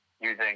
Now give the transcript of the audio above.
using